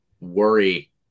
worry